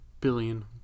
billion